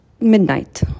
midnight